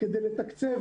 כדי לתקצב